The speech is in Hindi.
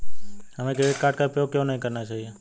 हमें क्रेडिट कार्ड का उपयोग क्यों नहीं करना चाहिए?